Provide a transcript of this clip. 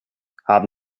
haben